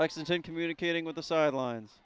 accenting communicating with the sidelines